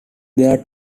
their